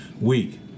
week